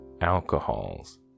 alcohols